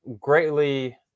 greatly